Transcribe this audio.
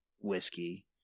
whiskey